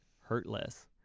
hurtless